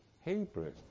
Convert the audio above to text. Hebrew